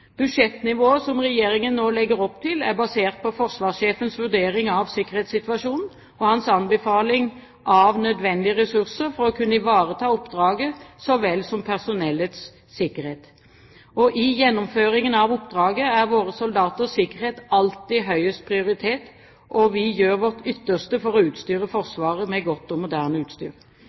Budsjettnivået som Regjeringen nå legger opp til, er basert på forsvarssjefens vurdering av sikkerhetssituasjonen og hans anbefaling av nødvendige ressurser for å kunne ivareta oppdraget så vel som personellets sikkerhet. I gjennomføringen av oppdraget er våre soldaters sikkerhet alltid høyest prioritert, og vi gjør vårt ytterste for å utstyre Forsvaret med godt og moderne utstyr.